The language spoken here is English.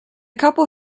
couple